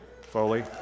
Foley